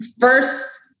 first